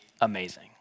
amazing